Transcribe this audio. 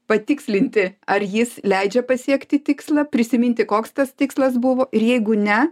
patikslinti ar jis leidžia pasiekti tikslą prisiminti koks tas tikslas buvo ir jeigu ne